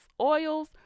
oils